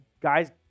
guys